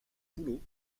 boulot